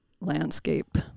landscape